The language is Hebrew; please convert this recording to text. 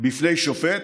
בפני שופט,